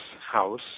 house